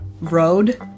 road